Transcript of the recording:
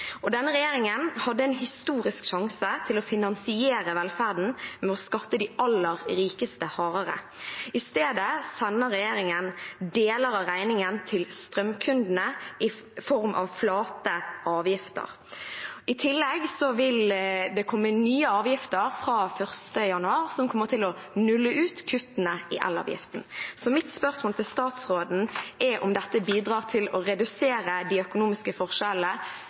Denne regjeringen hadde en historisk sjanse til å finansiere velferden ved å skatte de aller rikeste hardere. I stedet sender regjeringen deler av regningen til strømkundene i form av flate avgifter. I tillegg vil det fra 1. januar komme nye avgifter som kommer til å nulle ut kuttene i elavgiften. Mitt spørsmål til statsråden er om dette bidrar til å redusere de økonomiske forskjellene